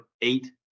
eight